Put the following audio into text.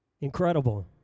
Incredible